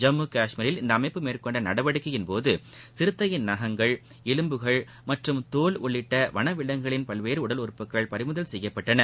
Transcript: ஜம்மு க்ஷ்மீரில் இந்த அமைப்பு மேற்கொண்ட நடவடிக்கையின் போது சிறுத்தையின் நகங்கள் எலும்புகள் மற்றும் தோல் உள்ளிட்ட வன விவங்குகளின் பல்வேறு உடல் உறுப்புகள் பறிமுதல் செய்யப்பட்டன